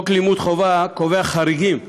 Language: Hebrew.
חוק לימוד חובה קובע חריגים.